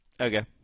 Okay